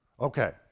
Okay